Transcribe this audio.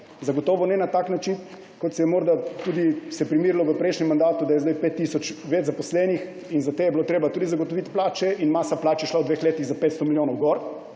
Zagotovo ne na tak način, kot se je morda primerilo v prejšnjem mandatu, da je sedaj 5 tisoč več zaposlenih in za te je bilo treba tudi zagotoviti plače in masa plač se je v dveh letih povečala za 500 milijonov.